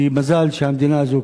כי מזל שהמדינה הזאת קיימת.